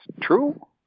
True